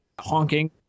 Honking